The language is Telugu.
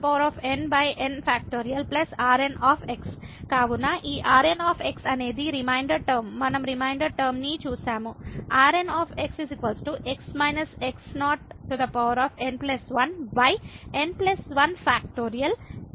Rn కావున Rn అనేది రిమైండర్ టర్మ మనం రిమైండర్ టర్మ నీ చూశాము Rn n 1n 1